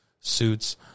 Suits